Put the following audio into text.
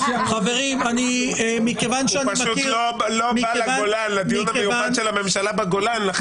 הוא לא היה בדיון המיוחד של הממשלה בגולן.